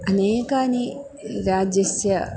अनेकस्य राज्यस्य